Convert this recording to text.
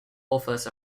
offers